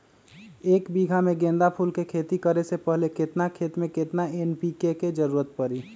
एक बीघा में गेंदा फूल के खेती करे से पहले केतना खेत में केतना एन.पी.के के जरूरत परी?